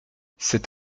c’est